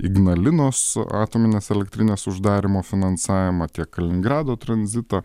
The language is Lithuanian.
ignalinos atominės elektrinės uždarymo finansavimą tiek kaliningrado tranzitą